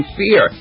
fear